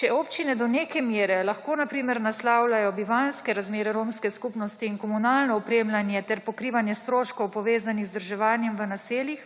Če občine do neke mere lahko na primer naslavljajo bivanjske razmere romske skupnosti in komunalno opremljanje ter pokrivanje stroškov, povezanih z vzdrževanjem v naseljih,